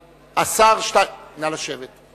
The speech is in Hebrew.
הממשלה, נא לשבת.